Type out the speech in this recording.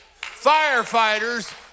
Firefighters